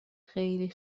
خیلی